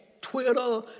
Twitter